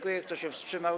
Kto się wstrzymał?